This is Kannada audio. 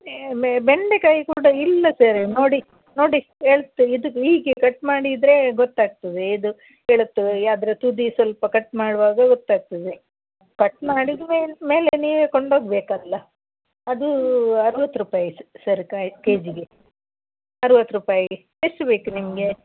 ಬೆ ಬೆ ಬೆಂಡೆಕಾಯಿ ಕೂಡ ಇಲ್ಲ ಸರ್ ನೋಡಿ ನೋಡಿ ಎಳತು ಇದು ಹೀಗೆ ಕಟ್ ಮಾಡಿದರೆ ಗೊತ್ತಾಗ್ತದೆ ಇದು ಎಳತು ಅದ್ರ ತುದಿ ಸ್ವಲ್ಪ ಕಟ್ ಮಾಡುವಾಗ ಗೊತ್ತಾಗ್ತದೆ ಕಟ್ ಮಾಡಿದ ಮೇಲೆ ಮೇಲೆ ನೀವೇ ಕೊಂಡು ಹೋಗ್ಬೇಕಲ್ಲ ಅದು ಅರ್ವತ್ತು ರೂಪಾಯಿ ಸರ್ ಕಾಯಿ ಕೆ ಜಿಗೆ ಅರ್ವತ್ತು ರೂಪಾಯಿ ಎಷ್ಟು ಬೇಕು ನಿಮಗೆ